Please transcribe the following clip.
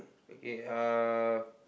okay uh